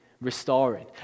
restoring